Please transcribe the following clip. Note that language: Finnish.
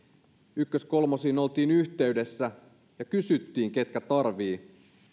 ykkös kolmosiin oltiin yhteydessä ja kysyttiin ketkä tarvitsevat